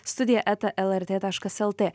studija eta lrt taškas lt